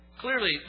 Clearly